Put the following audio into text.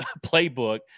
playbook